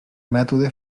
mètode